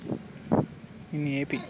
in ap